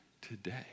today